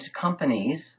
companies